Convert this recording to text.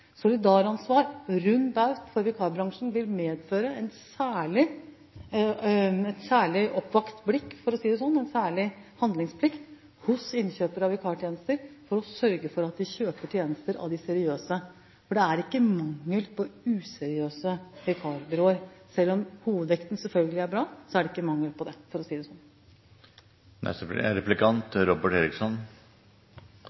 Solidaransvar, rund baut, med vikarbransjen vil medføre at innkjøpere av vikartjenester har et særlig oppvakt blikk – for å si det slik – og en særlig handlingsplikt for å sørge for at de kjøper tjenster av de seriøse. For det er ikke mangel på useriøse vikarbyråer. Selv om hovedvekten selvfølgelig er bra, er det ikke mangel på det – for å si det